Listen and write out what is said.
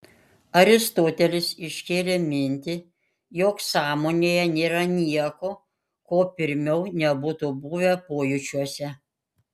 aristotelis iškėlė mintį jog sąmonėje nėra nieko ko pirmiau nebūtų buvę pojūčiuose